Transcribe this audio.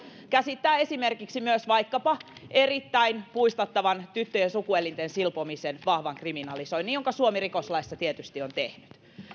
käsittää esimerkiksi myös vaikkapa erittäin puistattavan tyttöjen sukuelinten silpomisen vahvan kriminalisoinnin jonka suomi rikoslaissa tietysti on tehnyt